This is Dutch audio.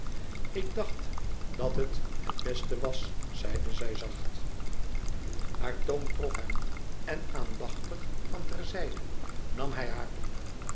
ik dacht dat het het beste was zeide zij zacht haar toon trof hem en aandachtig van terzijde nam hij haar op